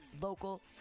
local